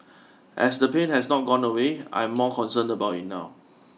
as the pain has not gone away I am more concerned about it now